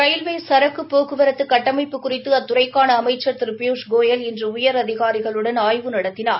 railway சரக்கு போக்குவரத்து கட்டமைப்பு குறித்து அத்துறைக்கான அமைச்சள் திரு பியூஷ் இன்று உயரதிகாரிகளுடன் ஆய்வு நடத்தினார்